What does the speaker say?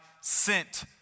sent